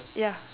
ya